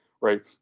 right